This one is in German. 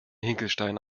hinkelstein